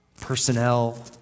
Personnel